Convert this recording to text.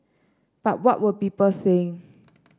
but what were people saying